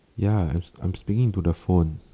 ya I'm I'm speaking into the phone